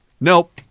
Nope